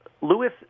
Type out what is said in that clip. Lewis